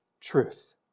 truth